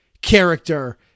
character